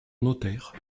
notaire